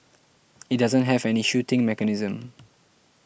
it doesn't have any shooting mechanism